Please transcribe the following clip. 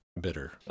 bitter